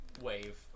wave